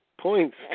points